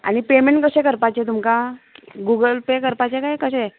आनी पेमेंट कशें करपाचें तुमकां गुगल पे करपाचें काय कशें